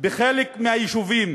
בחלק מהיישובים